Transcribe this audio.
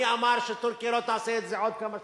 מי אמר שטורקיה לא תעשה את זה בעוד כמה שנים?